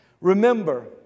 Remember